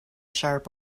sharp